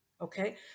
Okay